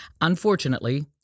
Unfortunately